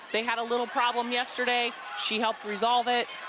they had a little problem yesterday, she helped resolve it.